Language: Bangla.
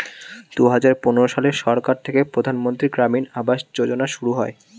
দুহাজার পনেরো সালে সরকার থেকে প্রধানমন্ত্রী গ্রামীণ আবাস যোজনা শুরু হয়